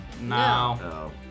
No